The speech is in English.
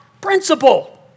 principle